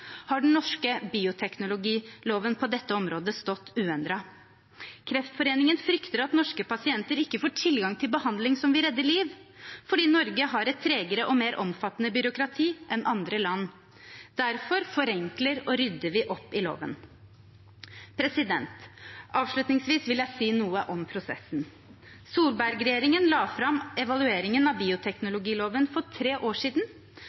har den norske bioteknologiloven på dette området stått uendret. Kreftforeningen frykter at norske pasienter ikke får tilgang til behandling som vil redde liv, fordi Norge har et tregere og mer omfattende byråkrati enn andre land. Derfor forenkler og rydder vi opp i loven. Avslutningsvis vil jeg si noe om prosessen. Solberg-regjeringen la fram evalueringen av bioteknologiloven for tre år siden,